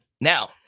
Now